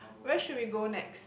where should we go next